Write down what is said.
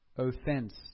offense